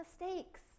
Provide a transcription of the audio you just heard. mistakes